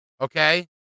okay